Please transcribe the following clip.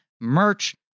merch